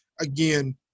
again